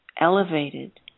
elevated